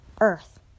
earth